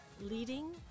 leading